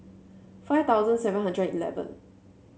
five thousand seven hundred eleven